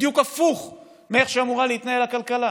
בדיוק הפוך מאיך שאמורה להתנהל הכלכלה.